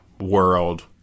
world